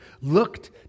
looked